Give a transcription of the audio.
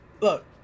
look